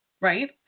Right